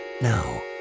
Now